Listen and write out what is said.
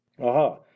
aha